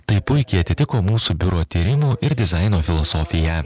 tai puikiai atitiko mūsų biuro tyrimų ir dizaino filosofiją